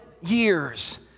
years